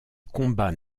combat